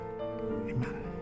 amen